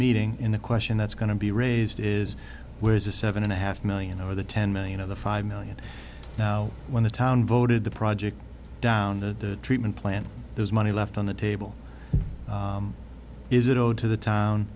meeting in the question that's going to be raised is where is the seven and a half million over the ten million of the five million now when the town voted the project down the treatment plan there's money left on the table is it owed to the town